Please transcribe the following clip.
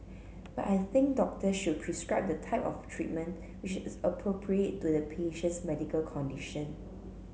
but I think doctors should prescribe the type of treatment which is appropriate to the patient's medical condition